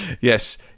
Yes